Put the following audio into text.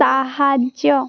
ସାହାଯ୍ୟ